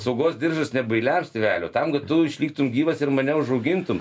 kad saugos diržas ne bailiams tėveli o tam kad tu išliktum gyvas ir mane užaugintum